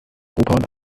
europa